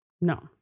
no